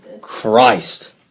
Christ